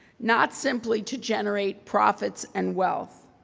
not simply to generate profits and wealth,